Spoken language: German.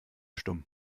stumm